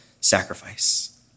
sacrifice